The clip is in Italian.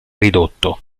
ridotto